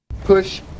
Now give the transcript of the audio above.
Push